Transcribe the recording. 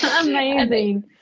Amazing